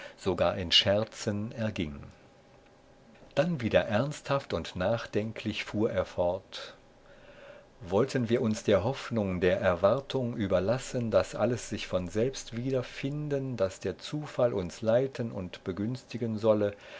sogar in scherzen erging dann wieder ernsthaft und nachdenklich fuhr er fort wollten wir uns der hoffnung der erwartung überlassen daß alles sich von selbst wieder finden daß der zufall uns leiten und begünstigen solle